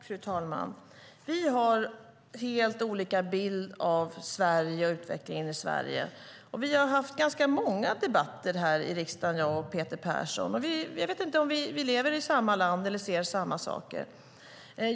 Fru talman! Vi har helt olika bild av Sverige och utvecklingen i Sverige. Vi har haft ganska många debatter här i riksdagen, jag och Peter Persson. Jag vet inte om vi lever i samma land eller ser samma saker.